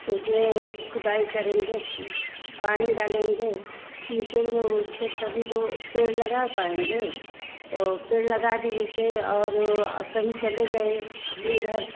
तो उसमें खुदाई करेंगे पानी डालेंगे सीचेंगे उसको तभी तो ओ पेड़ लगा पाएंगे तो पेड़ लगा दी जैसे और कहीं चले गए अपने घर